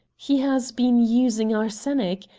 he has been using arsenic?